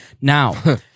Now